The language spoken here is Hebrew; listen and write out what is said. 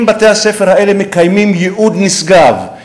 אם בתי-הספר האלה מקיימים ייעוד נשגב,